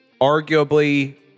arguably